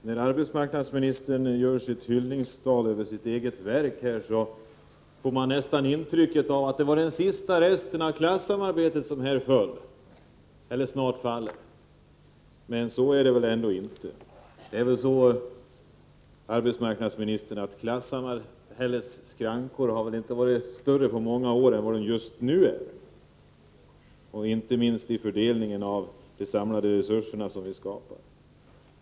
Herr talman! När arbetsmarknadsministern håller ett hyllningstal över sitt eget verk får man nästan intrycket, att det var den sista resten av klassamarbetet som här föll, eller snart faller. Men så är det väl ändå inte. Det förhåller sig på det sättet, arbetsmarknadsministern, att klassamarbetets skrankor inte varit större på många år än vad de just nu är, inte minst när det gäller fördelningen av de samlade resurser som vi skapar.